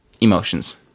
emotions